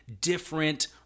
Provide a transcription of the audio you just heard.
different